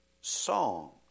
songs